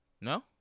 No